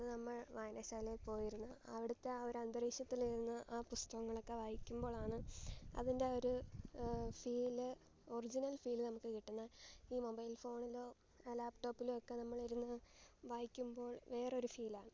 അത് നമ്മൾ വായനശാലയിൽ പോയിരുന്ന് അവിടുത്തെ ആ അന്തരീക്ഷത്തിലിരുന്ന് ആ പുസ്തകങ്ങളൊക്കെ വായിക്കുമ്പോഴാണ് അതിൻ്റെ ഒരു ഫീല് ഒറിജിനൽ ഫീല് നമുക്ക് കിട്ടുന്നത് ഈ മൊബൈൽ ഫോണിലോ ലാപ്ടോപ്പിലൊക്കെ നമ്മളിരുന്ന് വായിക്കുമ്പോൾ വേറൊരു ഫീലാണ്